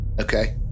Okay